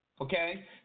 okay